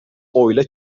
oyla